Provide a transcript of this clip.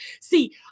See